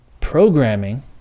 programming